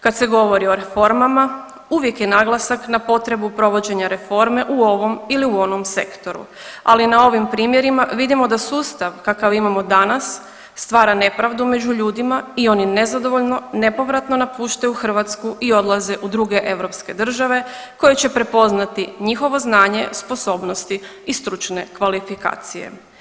Kad se govori o reformama uvijek je naglasak na potrebu provođenja reforme u ovom ili u onom sektoru, ali na ovim primjerima vidimo da sustav kakav imamo danas stvara nepravdu među ljudima i oni nezadovoljno, nepovratno napuštaju Hrvatsku i odlaze u druge europske države koje će prepoznati njihovo znanje, sposobnosti i stručne kvalifikacije.